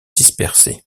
dispersés